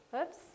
Oops